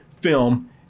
film